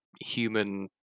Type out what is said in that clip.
human